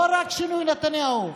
ולא רק שינוי נתניהו,